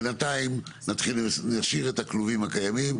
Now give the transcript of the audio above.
בינתיים נשאיר את הכלובים הקיימים,